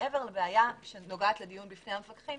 מעבר לבעיה שנוגעת לדיון בפני המפקחים,